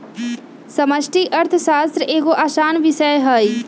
समष्टि अर्थशास्त्र एगो असान विषय हइ